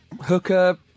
hooker